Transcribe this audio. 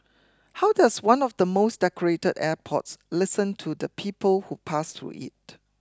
how does one of the most decorated airports listen to the people who pass through it